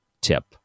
tip